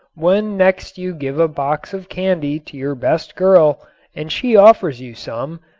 when next you give a box of candy to your best girl and she offers you some,